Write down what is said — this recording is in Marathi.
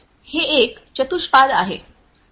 हे एक चतुष्पाद आहे